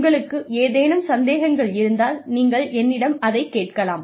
உங்களுக்கு ஏதேனும் சந்தேகங்கள் இருந்தால் நீங்கள் என்னிடம் அதைக் கேட்கலாம்